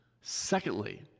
Secondly